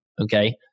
Okay